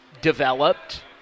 developed